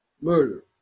murder